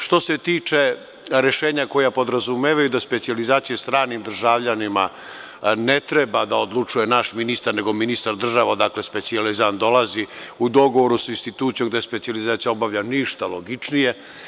Što se tiče rešenja koja podrazumevaju da o specijalizacijama stranih državljana ne treba da odlučuje naš ministar, nego ministar država odakle specijalizant dolazi, u dogovoru sa institucijom gde specijalizaciju obavlja – ništa logičnije.